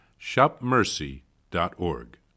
shopmercy.org